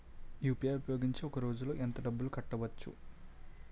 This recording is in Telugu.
యు.పి.ఐ ఉపయోగించి ఒక రోజులో ఎంత డబ్బులు కట్టవచ్చు?